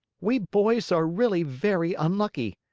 we boys are really very unlucky.